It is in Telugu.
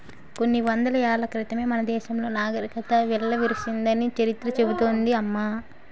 కొన్ని వందల ఏళ్ల క్రితమే మన దేశంలో నాగరికత వెల్లివిరిసిందని చరిత్ర చెబుతోంది అమ్మ